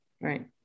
Right